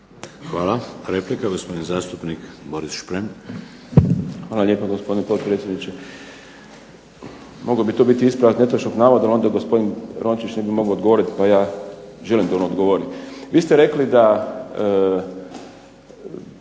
Hvala. Replika, gospodin zastupnik Boris Šprem. **Šprem, Boris (SDP)** Hvala lijepa gospodine potpredsjedniče. Mogao bi to biti ispravak netočnog navoda, ali onda gospodin Rončević ne bi mogao odgovoriti, a ja želim da on odgovori. Vi ste rekli da